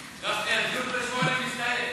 גפני, הדיון מסתיים ב-20:00.